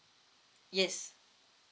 yes